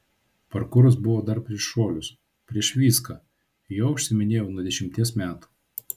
parkūras buvo dar prieš šuolius prieš viską juo užsiiminėjau nuo dešimties metų